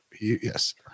Yes